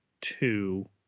two